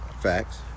Facts